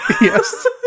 Yes